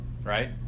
right